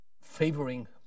favoring